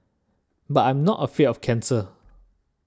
but I'm not afraid of cancer